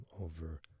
over